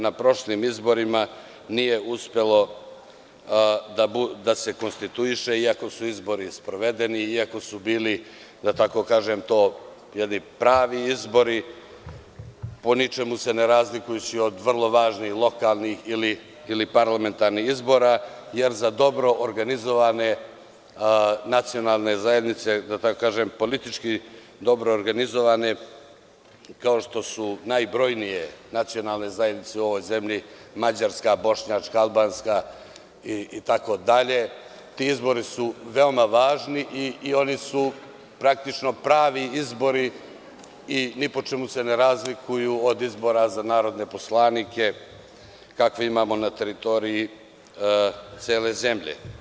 Na prošlim izborima nije uspelo da se konstituiše iako su izbori sprovedeni, iako su bili, da kažem, pravi izbori po ničemu se nisu razlikovali od vrlo važnih lokalnih ili parlamentarnih izbora, jer za dobro organizovane nacionalne zajednice, da tako kažem, politički dobro organizovane kao što su najbrojnije nacionalne zajednice u ovoj zemlji mađarska, bošnjačka, albanska, itd, ti izbori su veoma važni i oni su praktično pravi izbori i ni po čemu se ne razlikuju od izbora za narodne poslanike, kakve imamo na teritoriji cele zemlje.